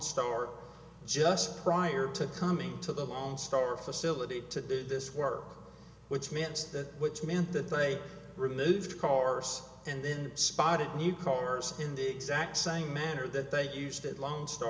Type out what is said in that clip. stork just prior to coming to the lone star facility to do this work which meant that which meant that they removed cars and then spotted new cars in the exact same manner that they used it long star